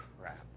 crap